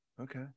Okay